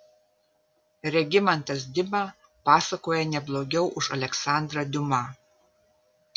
regimantas dima pasakoja ne blogiau už aleksandrą diuma